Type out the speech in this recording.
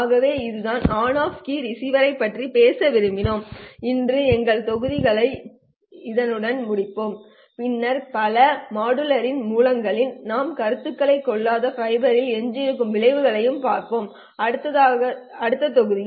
ஆகவே இதுதான் on off keying ரிசீவர்களைப் பற்றி பேச விரும்பினோம் இன்று எங்கள் தொகுதியை இதனுடன் முடிப்போம் பின்னர் பிற மாடுலேஷன் மூலங்களையும் நாம் கருத்தில் கொள்ளாத ஃபைபரில் எஞ்சியிருக்கும் விளைவுகளையும் பார்ப்போம் அடுத்ததாக தொகுதி